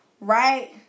right